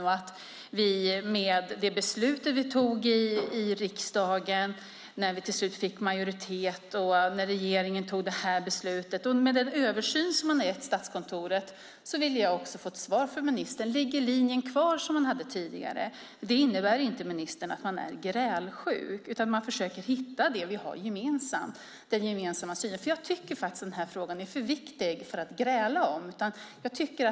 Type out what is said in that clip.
Med tanke på det beslut vi fattade i riksdagen, när vi till slut fick majoritet, det beslut regeringen fattat och den översyn som getts Statskontoret ville jag få ett svar från ministern ifall den tidigare linjen ligger fast. Det innebär inte, ministern, att vi är grälsjuka, utan vi försöker hitta det som vi har gemensamt, den gemensamma synen. Jag tycker att den här frågan är för viktig för att gräla om.